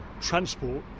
transport